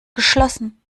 geschlossen